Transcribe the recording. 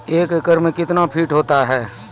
एक एकड मे कितना फीट होता हैं?